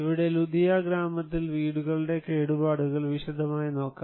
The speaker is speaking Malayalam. ഇവിടെ ലുദിയ ഗ്രാമത്തിൽ വീടുകളുടെ കേടുപാടുകൾ വിശദമായി നോക്കാം